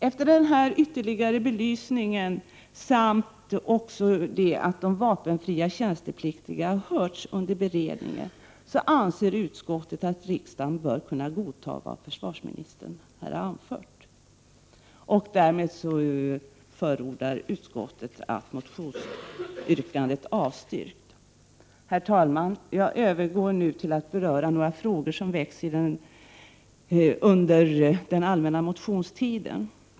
Efter denna ytterligare belysning samt med hänsyn till att de vapenfria tjänstepliktiga hörts under beredningen anser utskottet att riksdagen bör kunna godtaga vad försvarsministern har anfört. Utskottet vill därmed inte tillstyrka motionsyrkandet. Jag övergår nu till att något beröra några frågor som väckts i motioner under den allmänna motionstiden.